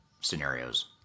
scenarios